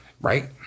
Right